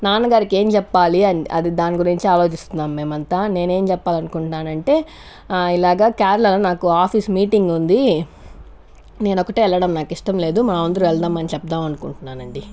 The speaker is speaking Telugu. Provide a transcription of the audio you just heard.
నాన్నగారికి ఏం చెప్పాలి అ అది దాని గురించి ఆలోచిస్తున్నాం మేమంతా నేనేం చెప్పాలనుకుంటున్నానంటే ఇలాగా కేరళాలో నాకు ఆఫీస్ మీటింగ్ ఉంది నేనొకటే వెళ్ళడం నాకిష్టం లేదు మా అందరు వెళ్దామని చెప్తా మనుకుంటున్నానండి